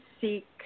seek –